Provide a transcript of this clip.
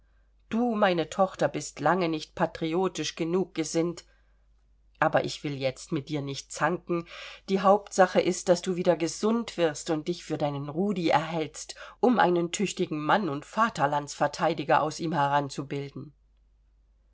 du meine tochter bist lange nicht patriotisch genug gesinnt aber ich will jetzt mit dir nicht zanken die hauptsache ist daß du wieder gesund wirst und dich für deinen rudi erhältst um einen tüchtigen mann und vaterlandsverteidiger aus ihm heranzubilden